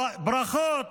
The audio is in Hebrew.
ברכות.